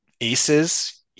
Aces